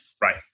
right